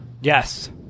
Yes